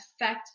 affect